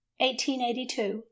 1882